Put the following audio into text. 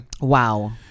Wow